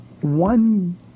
one